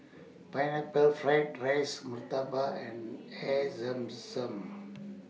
Pineapple Fried Rice Murtabak and Air Zam Zam